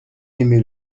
aimé